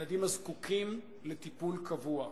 ילדים זקוקים לטיפול קבוע,